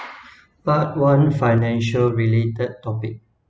part one financial related topic